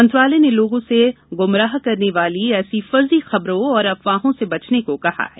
मंत्रालय ने लोगों से गुमराह करने वाली ऐसी फर्जी खबरों और अफवाहों से बचने को कहा है